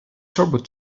turbo